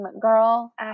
girl